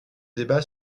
débat